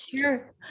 sure